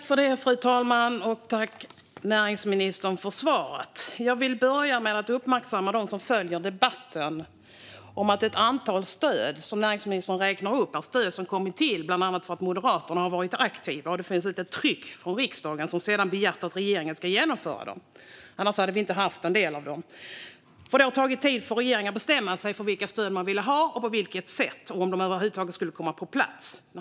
Fru talman! Tack, näringsministern, för svaret! Jag vill börja med att uppmärksamma dem som följer debatten på att ett antal stöd som näringsministern räknade upp har kommit till bland annat för att Moderaterna har varit aktiva och för att det har funnits ett tryck från riksdagen som sedan har begärt att regeringen ska genomföra dem. Annars hade vi inte haft en del av dem. Det tog nämligen tid för regeringen att bestämma sig för vilka stöd man ville ha och på vilket sätt och om de över huvud taget skulle komma på plats.